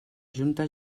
junta